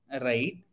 right